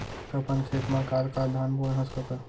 त अपन खेत म का का धान बोंए हस कका?